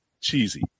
cheesy